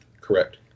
Correct